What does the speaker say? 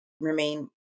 remain